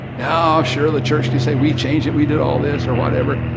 now, sure, the church could say we changed it, we did all this or whatever,